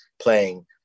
playing